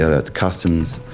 ah it's customs!